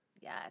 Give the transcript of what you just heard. yes